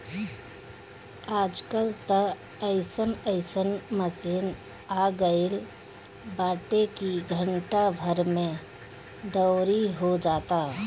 आज कल त अइसन अइसन मशीन आगईल बाटे की घंटा भर में दवरी हो जाता